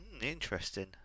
interesting